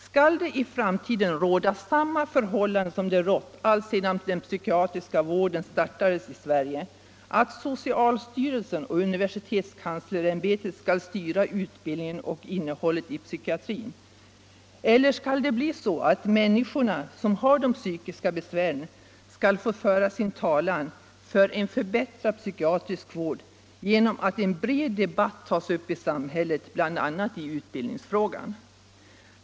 Skall det i framtiden råda samma förhållande som rått alltsedan den psykiatriska vården startades i Sverige — att socialstyrelsen och universitetskanslersämbetet styr utbildningen och innehållet i psykiatrin? Eller skall de människor som har psykiska besvär få föra sin talan för en förbättrad psykiatrisk vård genom att en bred debatt tas upp i samhället, bl.a. i utbildningsfrågan?